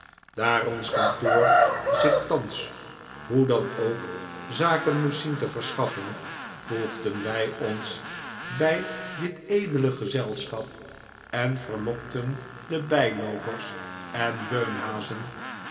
daar ons kantoor zich thans hoe dan ook zaken moest zien te verschaffen voegden wij ons bij dit edele gezelschap en verlokten de bijloopers en beunhazen